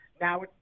Now